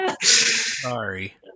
Sorry